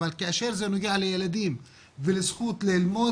אבל כאשר זה נוגע לילדים ולזכות ללמוד,